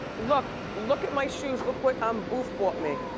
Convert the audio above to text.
look look at my shoes, look what um boof bought me.